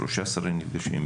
שלושה שרים נפגשים,